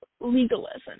legalism